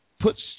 puts